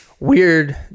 Weird